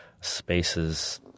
spaces